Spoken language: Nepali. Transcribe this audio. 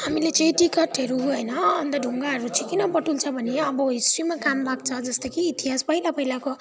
हामीले चाहिँ टिकटहरू होइन अन्त ढुङ्गाहरू चाहिँ किन बटुल्छ भने अब हिस्ट्रीमा काम लाग्छ जस्तै कि इतिहास पहिला पहिलाको